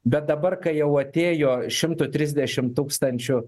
bet dabar kai jau atėjo šimtu trisdešimt tūkstančių